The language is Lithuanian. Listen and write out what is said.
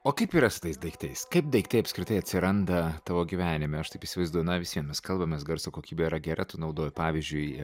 o kaip yra su tais daiktais kaip daiktai apskritai atsiranda tavo gyvenime aš taip įsivaizduoju na vis vien mes kalbamės garso kokybė yra gera tu naudoji pavyzdžiui